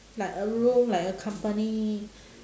like a room like a company